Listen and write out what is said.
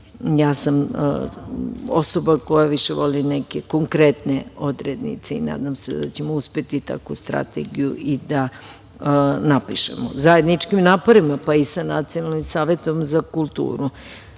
Ja sam osoba koja više voli neke konkretne odrednice i nadam se da ćemo uspeti takvu strategiju i da napišemo zajedničkim naporima, pa i sa Nacionalnim savetom za kulturu. Mislim